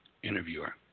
Interviewer